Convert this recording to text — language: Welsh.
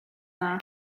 dda